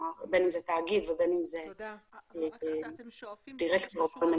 בין אם זה תאגיד ובין אם זה דירקטור.